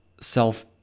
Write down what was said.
self